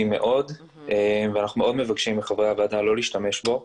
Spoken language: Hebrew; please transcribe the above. מאוד ואנחנו מאוד מבקשים מחברי הוועדה לא להשתמש בו.